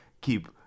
keep